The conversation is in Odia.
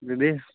ଦିଦି